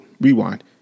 rewind